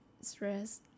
stress